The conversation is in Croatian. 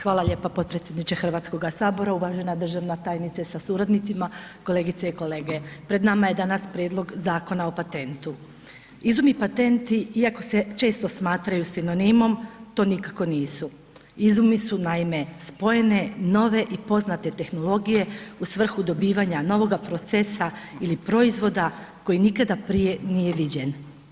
Hvala lijepa potpredsjedniče HS, uvažena državna tajnice sa suradnicima, kolegice i kolege, pred nama je danas prijedlog Zakona o patentu, izumi i patenti iako se često smatraju sinonimom, to nikako nisu, izumi su naime spojene nove i poznate tehnologije u svrhu dobivanja novoga procesa ili proizvoda koji nikada prije nije viđen.